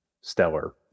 stellar